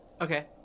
Okay